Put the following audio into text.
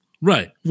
Right